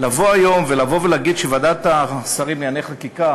לבוא היום ולהגיד שוועדת השרים לענייני חקיקה